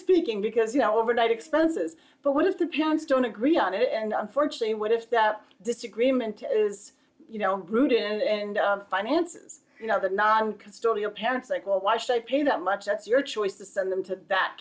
speaking because you know overnight expenses but what if the parents don't agree on it and unfortunately what if the disagreement is you know prudent and finances you know the non custodial parents like well why should i pay that much that's your choice to send them to that